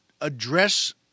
address